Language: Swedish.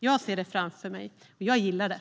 Jag ser det framför mig - och jag gillar det!